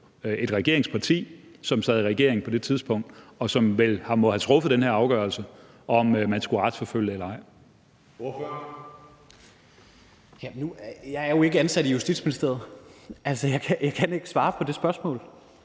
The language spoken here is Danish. et regeringsparti, som sad i regering på det tidspunkt, og som vel må have truffet den her afgørelse om, om man skulle retsforfølge eller ej.